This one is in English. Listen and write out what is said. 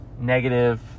negative